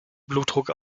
blutdruck